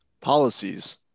Policies